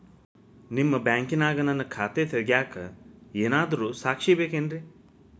ನಿಮ್ಮ ಬ್ಯಾಂಕಿನ್ಯಾಗ ನನ್ನ ಖಾತೆ ತೆಗೆಯಾಕ್ ಯಾರಾದ್ರೂ ಸಾಕ್ಷಿ ಬೇಕೇನ್ರಿ?